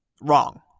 wrong